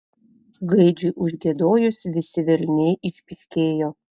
gaidžiui užgiedojus visi velniai išpyškėjo